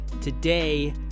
Today